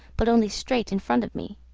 but only straight in front of me